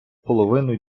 половину